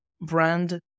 brand